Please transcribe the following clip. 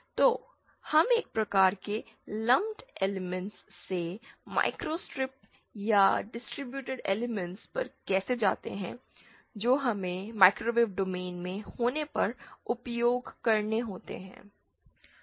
तो हम एक प्रकार के लंपड एलिमेंटस से माइक्रोस्ट्रिप या डिस्ट्रीब्यूटेड एलिमेंटस पर कैसे जाते हैं जो हमें माइक्रोवेव डोमेन में होने पर उपयोग करने होते है